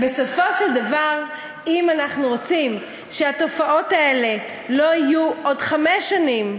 בסופו של דבר אם אנחנו רוצים שהתופעות האלה לא יהיו עוד חמש שנים,